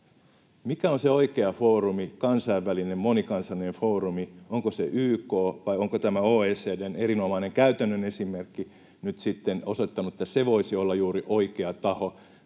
Mikä on se oikea foorumi, kansainvälinen ja monikansallinen foorumi: onko se YK, vai onko tämä OECD:n erinomainen käytännön esimerkki nyt osoittanut, että se voisi olla juuri oikea taho,